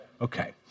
Okay